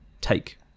take